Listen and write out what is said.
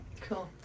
Cool